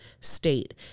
state